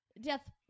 death